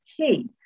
key